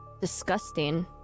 Disgusting